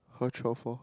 how throw four